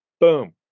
Boom